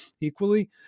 equally